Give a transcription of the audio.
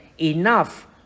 enough